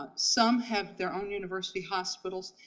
ah some have their own university hospitals,